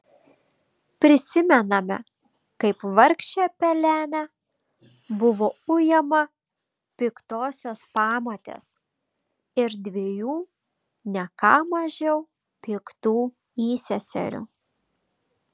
prisimename kaip vargšė pelenė buvo ujama piktosios pamotės ir dviejų ne ką mažiau piktų įseserių